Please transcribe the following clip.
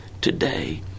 today